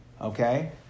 Okay